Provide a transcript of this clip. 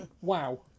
Wow